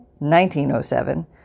1907